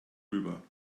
rüber